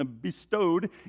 bestowed